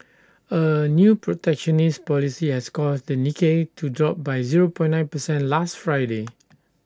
A new protectionist policy has caused the Nikkei to drop by zero per nine percent last Friday